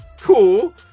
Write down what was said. cool